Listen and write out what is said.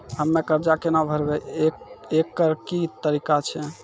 हम्मय कर्जा केना भरबै, एकरऽ की तरीका छै?